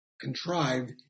contrived